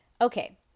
Okay